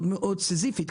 מאוד מאוד סיזיפית,